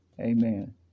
amen